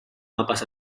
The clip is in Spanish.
mapas